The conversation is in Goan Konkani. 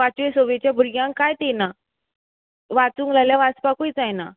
पाचवे सवेच्या भुरग्यांक कांयच येना वाचूंक जाल्यार वाचपाकूय जायना